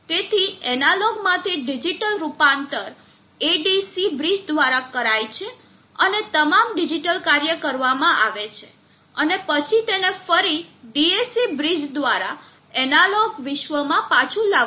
તેથી એનાલોગ માંથી ડિજિટલ રૂપાંતર ADC બ્રિજ દ્વારા કરાય છે અને તમામ ડિજિટલ કાર્ય કરવામાં આવે છે અને પછી તેને ફરી DAC બ્રિજ દ્વારા એનાલોગ વિશ્વમાં પાછું લાવવામાં આવે છે